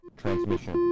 transmission